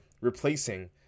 replacing